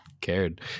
cared